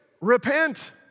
Repent